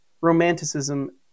romanticism